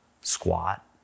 squat